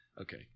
Okay